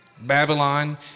Babylon